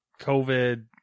COVID